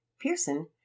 Pearson